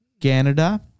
Canada